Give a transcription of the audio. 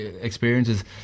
experiences